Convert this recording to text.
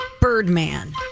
Birdman